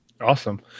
Awesome